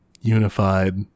unified